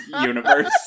universe